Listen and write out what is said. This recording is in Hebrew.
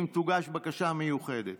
אם תוגש בקשה מיוחדת,